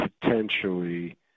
potentially